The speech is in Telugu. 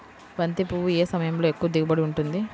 బంతి పువ్వు ఏ సమయంలో ఎక్కువ దిగుబడి ఉంటుంది?